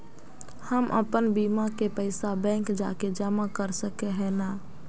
हम अपन बीमा के पैसा बैंक जाके जमा कर सके है नय?